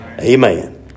Amen